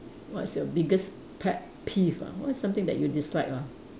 what's your biggest pet peeve ah what is something that you dislike lah